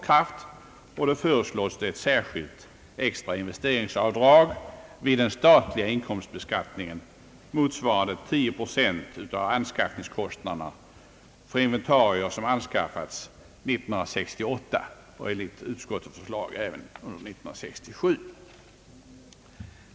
Därför föreslås ett särskilt extra investeringsavdrag vid den statliga inkomsttaxeringen, motsvarande 10 procent av anskaffningskostnaden för inventarier som anskaffas under år 1968 och, enligt utskottets förslag, även under år 1967.